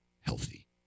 healthy